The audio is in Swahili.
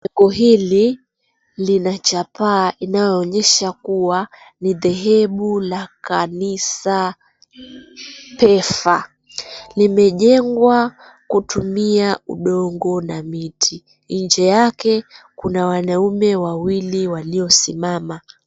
Jengo hili lina chapaa inayoonyesha kuwa ni dhehebu la kanisa PEFA. Limejengwa kutumia udongo na miti. Nje yake kuna wanaume wawili waliosimama.